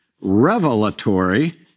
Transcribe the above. revelatory